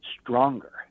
stronger